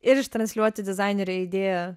ir ištransliuoti dizainerio idėją